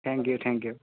thank you thank you